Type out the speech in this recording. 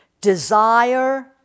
desire